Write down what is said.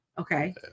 Okay